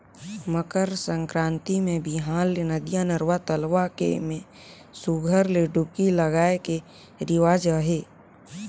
मकर संकरांति मे बिहान ले नदिया, नरूवा, तलवा के में सुग्घर ले डुबकी लगाए के रिवाज अहे